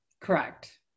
Correct